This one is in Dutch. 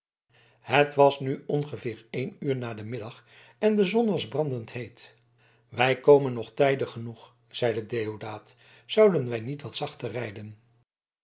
het was nu ongeveer één uur na den middag en de zon was brandend heet wij komen nog tijdig genoeg zeide deodaat zouden wij niet wat zachter rijden